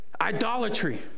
idolatry